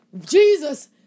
Jesus